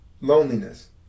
loneliness